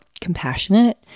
compassionate